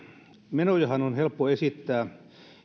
menojahan on helppo esittää